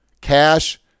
cash